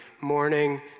morning